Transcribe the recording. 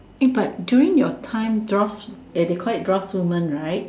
eh but during your time drafts they call it draftswoman right